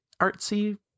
artsy